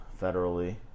federally